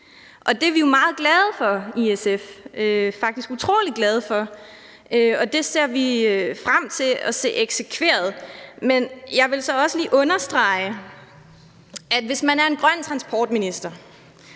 utrolig glade for, og det ser vi frem til bliver eksekveret. Men jeg vil så også lige understrege, at hvis man er en grøn transportminister,